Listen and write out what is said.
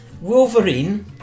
Wolverine